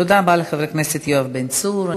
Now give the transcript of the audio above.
תודה רבה לחבר הכנסת יואב בן צור.